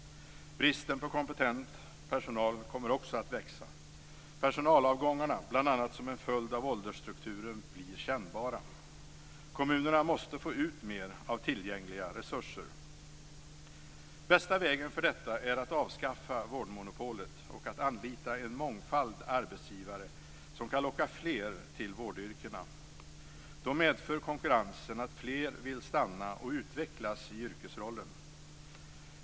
Bristen på kompetent personal kommer också att växa. Personalavgångarna, bl.a. som en följd av åldersstrukturen, blir kännbara. Kommunerna måste få ut mer av tillgängliga resurser. Bästa vägen för att uppnå detta är att avskaffa vårdmonopolet och att anlita en mångfald arbetsgivare som kan locka fler till vårdyrkena. Då medför konkurrensen att fler vill stanna och utvecklas i yrkesrollen.